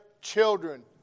children